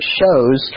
shows